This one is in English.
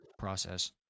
process